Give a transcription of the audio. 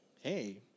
hey